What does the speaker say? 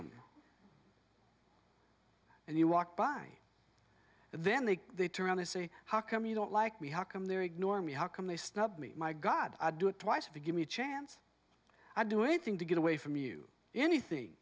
them and you walk by then they turn around and say how come you don't like we how come they're ignoring me how come they snub me my god i do it twice if you give me a chance i do anything to get away from you anything